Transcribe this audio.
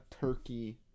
turkey